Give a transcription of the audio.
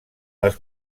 les